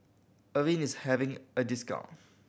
Avene is having a discount